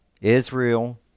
Israel